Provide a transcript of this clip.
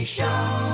Show